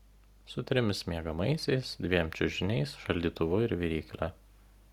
su trimis miegamaisiais dviem čiužiniais šaldytuvu ir virykle